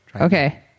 Okay